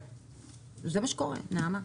זה מה שקורה, נעמה.